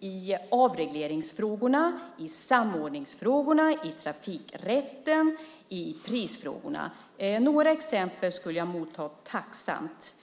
i avregleringsfrågorna, i samordningsfrågorna, i trafikrätten och i prisfrågorna. Några exempel skulle jag motta tacksamt.